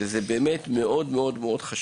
ומבין שאת מבינה את זה וזה באמת מאוד מאוד חשוב.